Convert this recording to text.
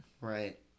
Right